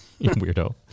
Weirdo